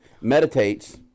meditates